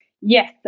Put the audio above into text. Yes